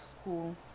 school